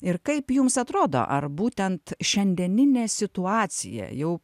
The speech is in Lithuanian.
ir kaip jums atrodo ar būtent šiandieninė situacija jau